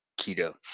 keto